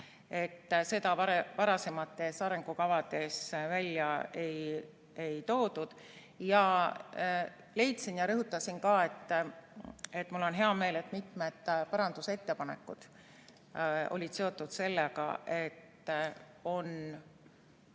Seda varasemates arengukavades välja ei toodud. Leidsin ja rõhutasin ka, et mul on hea meel, et mitmed parandusettepanekud olid seotud sellega, et on